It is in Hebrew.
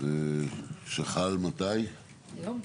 שחל היום.